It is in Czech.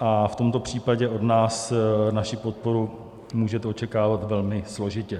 a v tomto případě od nás naši podporu můžete očekávat velmi složitě.